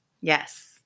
Yes